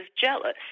jealous